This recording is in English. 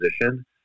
position